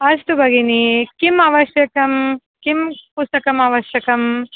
अस्तु भगिनि किम् आवश्यकं किं पुस्तकम् आवश्यकम्